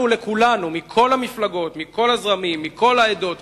לנו, לכולנו, מכל המפלגות, מכל הזרמים, מכל העדות,